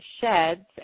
sheds